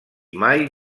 mai